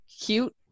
cute